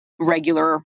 regular